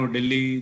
Delhi